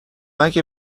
اگه